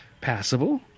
passable